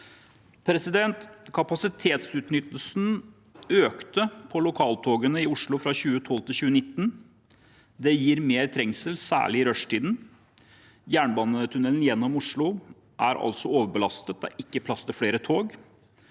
Kapasitetsutnyttelsen økte på lokaltogene i Oslo fra 2012 til 2019. Dette gir mer trengsel, særlig i rushtiden. Jernbanetunnelen gjennom Oslo er altså overbelastet; det er ikke plass til flere tog.